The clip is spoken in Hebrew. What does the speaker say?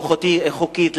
לא חוקית,